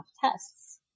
tests